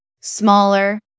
smaller